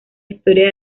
historia